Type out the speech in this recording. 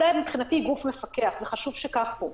מבחינתי, הוועדה היא גוף מפקח, וחשוב שכך הוא.